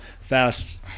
fast